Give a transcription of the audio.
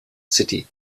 city